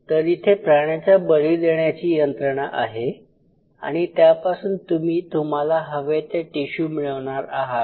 तर इथे प्राण्याचा बळी देण्याची यंत्रणा आहे आणि त्यापासून तुम्ही तुम्हाला हवे ते टिशू मिळवणार आहात